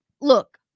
Look